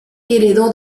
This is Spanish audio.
heredó